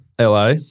LA